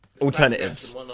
alternatives